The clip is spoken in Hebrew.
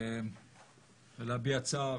ולהביע צער.